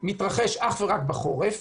אך ורק בחורף.